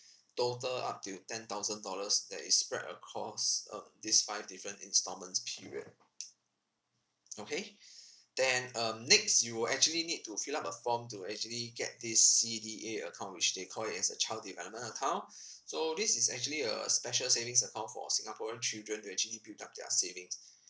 total up to ten thousand dollars that is spread across um this five different installments period okay then um next you'll actually need to fill up a form to actually get this C_D_A account which they call it as a child development account so this is actually a special savings account for singaporean children to actually build up their savings